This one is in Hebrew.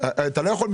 אתה לכ יכול,